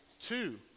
Two